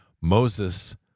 Moses